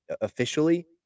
officially